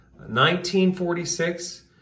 1946